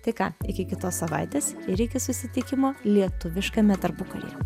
tai ką iki kitos savaitės ir iki susitikimo lietuviškame tarpukaryje